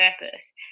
purpose